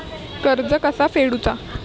कर्ज कसा फेडुचा?